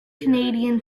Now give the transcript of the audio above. canadian